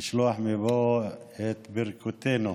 לשלוח מפה את ברכותינו,